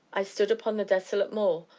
i stood upon a desolate moor,